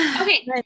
Okay